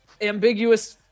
ambiguous